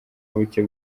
buke